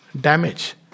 damage